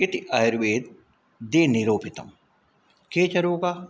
इति आयुर्वेदे निरूपितं के च रोगाः